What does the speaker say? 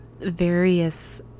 various